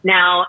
Now